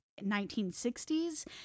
1960s